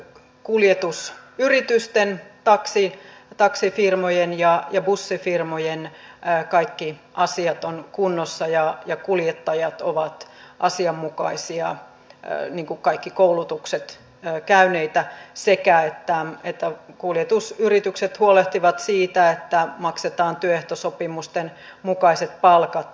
kuljetus yritysten näitten kuljetusyritysten taksifirmojen ja bussifirmojen kaikki asiat ovat kunnossa ja kuljettajat ovat asianmukaisia kaikki koulutukset käyneitä sekä että kuljetusyritykset huolehtivat siitä että maksetaan työehtosopimusten mukaiset palkat